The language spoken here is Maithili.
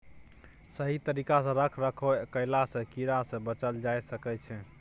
सही तरिका सँ रख रखाव कएला सँ कीड़ा सँ बचल जाए सकई छै